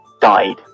died